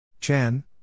Chan